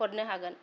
हरनो हागोन